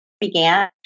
Began